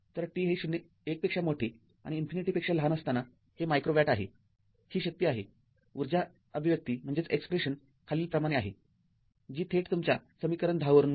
तर t हे १ पेक्षा मोठे आणि इन्फिनिटी पेक्षा लहान असताना हे मायक्रो वॅट आहे ही शक्ती आहे ऊर्जा अभिव्यक्ती खालीलप्रमाणे आहे जी थेट तुमच्या समीकरण १० वरून मिळते